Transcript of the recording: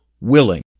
willing